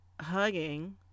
hugging